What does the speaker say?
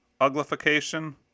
uglification